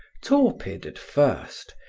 torpid at first,